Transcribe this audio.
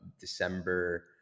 December